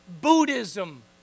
Buddhism